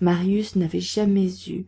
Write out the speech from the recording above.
marius n'avait jamais eu